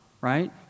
right